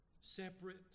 Separate